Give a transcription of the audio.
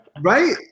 Right